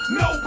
no